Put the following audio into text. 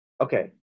okay